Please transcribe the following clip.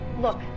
Look